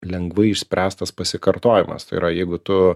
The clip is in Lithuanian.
lengvai išspręstas pasikartojimas tai yra jeigu tu